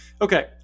Okay